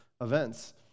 events